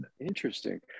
interesting